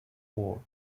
four